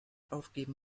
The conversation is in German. aufgeben